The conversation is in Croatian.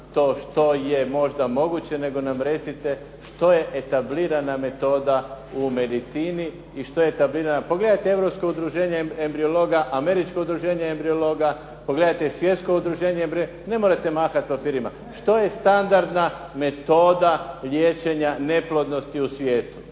to što je možda moguće nego nam recite što je etablirana metoda u medicina i što je etablirana. Pogledajte europsko udruženje embriologa, američko udruženje embriologa, pogledajte svjetsko ne morate mahati papirima, što je standardna metoda liječenja neplodnosti u svijetu.